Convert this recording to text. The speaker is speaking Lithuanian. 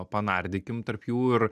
panardykim tarp jų ir